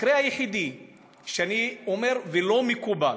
המקרה היחיד שאני אומר, ולא מקובל,